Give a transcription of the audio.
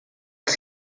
els